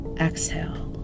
Exhale